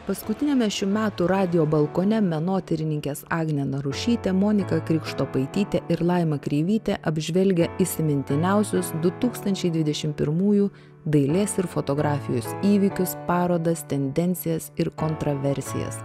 paskutiniame šių metų radijo balkone menotyrininkės agnė narušytė monika krikštopaitytė ir laima kreivytė apžvelgia įsimintiniausius du tūkstančiai dvidešim pirmųjų dailės ir fotografijos įvykius parodas tendencijas ir kontraversijas